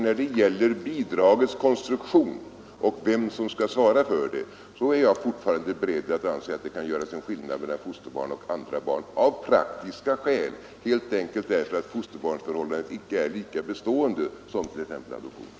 När det gäller bidragets konstruktion och vem som skall svara för det är jag fortfarande beredd att anse att det kan göras en skillnad mellan fosterbarn och andra barn av praktiska skäl, helt enkelt därför att fosterbarnsförhållandet inte är lika bestående som t.ex. adoptionen.